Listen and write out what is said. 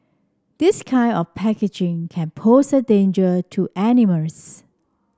this kind of packaging can pose a danger to animals